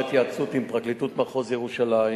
היתה פנייה באמצעות נציג עיריית ירושלים,